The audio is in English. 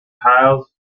tiles